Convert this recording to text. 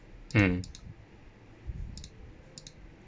mm